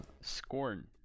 Scorn